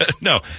No